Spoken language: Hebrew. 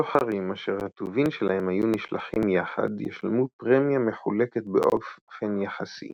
סוחרים אשר הטובין שלהם היו נשלחים יחד ישלמו פרמיה מחולקת באופן יחסי